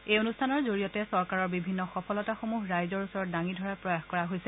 এই অনুষ্ঠানৰ জৰিয়তে চৰকাৰৰ বিভিন্ন সফলতাসমূহ ৰাইজৰ ওচৰত দাঙি ধৰাৰ প্ৰয়াস কৰা হৈছে